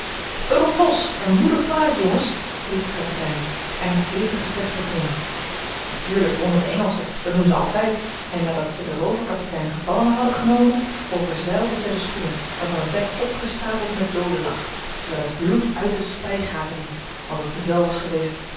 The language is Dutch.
op los en moedig vooruit jongens riep de kapitein en een hevig gevecht begon natuurlijk wonnen de engelschen dat doen ze altijd en nadat zij den rooverkapitein gevangen hadden genomen overzeilden zij den schoener waarvan het dek opgestapeld met dooden lag terwijl het bloed uit de spijgaten liep want het bevel was geweest